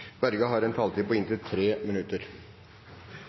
har en taletid på inntil 3 minutter.